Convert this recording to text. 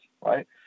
right